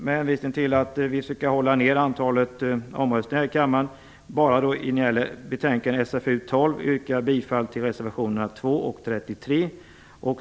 Med hänvisning till att vi skall försöka hålla ned antalet omröstningar här i kammaren, vill jag, när det gäller betänkande SfU12, endast yrka bifall till reservationerna 2 och 33.